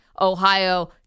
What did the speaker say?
Ohio